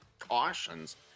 Cautions